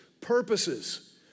purposes